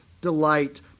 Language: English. delight